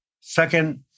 Second